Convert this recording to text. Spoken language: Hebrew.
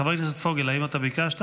חבר הכנסת פוגל, האם ביקשת?